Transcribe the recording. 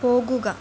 പോകുക